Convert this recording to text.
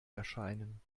erscheinen